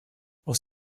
aus